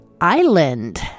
island